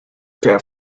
care